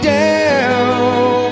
down